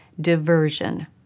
diversion